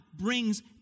brings